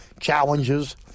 challenges